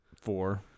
Four